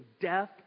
Death